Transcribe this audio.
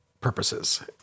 purposes